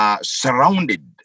surrounded